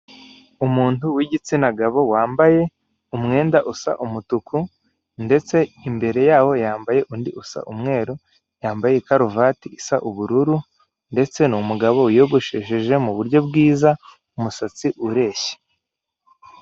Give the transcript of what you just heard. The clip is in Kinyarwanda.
Umuntu w'igitsina gabo wambaye umwenda usa umutuku, ndetse imbere yawo yambaye undi usa umweru, yambaye ikaruvati isa ubururu, ndetse ni umugabo wiyogoshesheje mu buryo bwiza umusatsi ureshya.